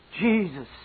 Jesus